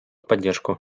поддержку